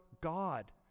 God